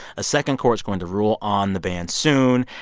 a second court's going to rule on the ban soon.